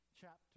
Chapter